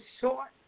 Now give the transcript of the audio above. short